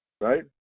right